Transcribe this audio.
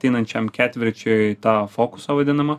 ateinančiam ketvirčiui tą fokusą vadinamą